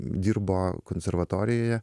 dirbo konservatorijoje